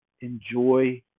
Enjoy